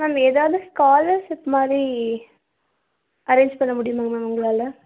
ma'am ஏதாவது scholarship மாதிரி arrange பண்ண முடியுமா மேம் உங்களால்